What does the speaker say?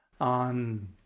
on